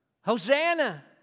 Hosanna